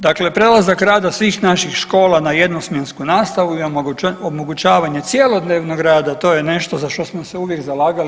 Dakle, prelazak rada svih naših škola na jedno smjensku nastavu i omogućavanje cjelodnevnog rada to je nešto za što smo se uvijek zalagali.